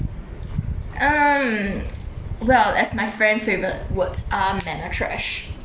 um well as my friend favorite words are men are trash